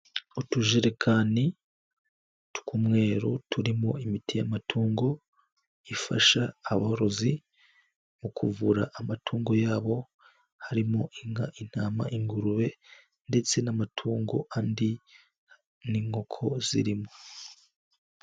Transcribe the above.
Utujerekani tw'umweru turimo imitiamatungo, ifasha abarozi mu kuvura amatungo yabo, harimo inka, intama, ingurube ndetse n'amatungo, andi n'inkoko zirimo.